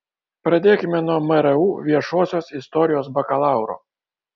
pradėkime nuo mru viešosios istorijos bakalauro